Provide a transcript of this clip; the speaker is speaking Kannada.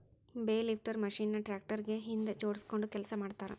ಬೇಲ್ ಲಿಫ್ಟರ್ ಮಷೇನ್ ನ ಟ್ರ್ಯಾಕ್ಟರ್ ಗೆ ಹಿಂದ್ ಜೋಡ್ಸ್ಕೊಂಡು ಕೆಲಸ ಮಾಡ್ತಾರ